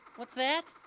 what's that?